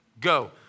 go